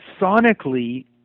sonically